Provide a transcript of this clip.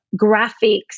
graphics